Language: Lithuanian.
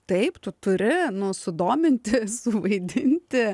taip tu turi nu sudominti suvaidinti